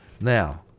Now